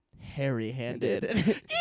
hairy-handed